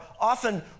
often